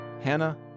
Hannah